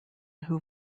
who